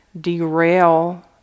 derail